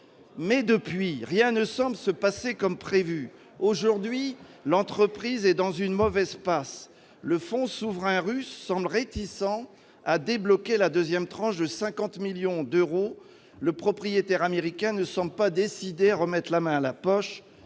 Mais, depuis, rien ne semble se passer comme prévu. Aujourd'hui, l'entreprise est dans une mauvaise passe. Le fonds souverain russe semble réticent à débloquer la deuxième tranche de 50 millions d'euros, le propriétaire américain ne semble pas décidé à remettre la main à la poche,